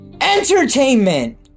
Entertainment